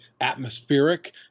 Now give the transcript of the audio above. atmospheric